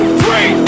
three